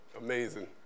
amazing